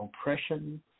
oppression